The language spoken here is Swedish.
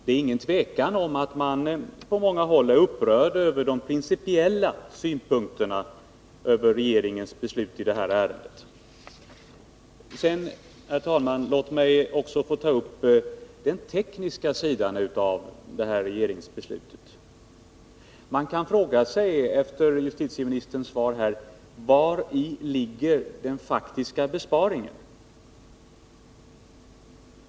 Det är ingen tvekan om att man på många håll är upprörd över de principiella synpunkterna när det gäller regeringens beslut i det här ärendet. Låt mig, herr talman, också få ta upp den tekniska sidan av regeringsbeslutet. För det första kan man efter justitieministerns svar fråga sig: Vari ligger den praktiska besparingen?